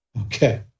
Okay